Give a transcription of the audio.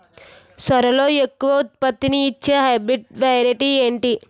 సోరలో ఎక్కువ ఉత్పత్తిని ఇచే హైబ్రిడ్ వెరైటీ ఏంటి?